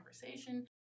conversation